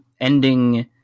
ending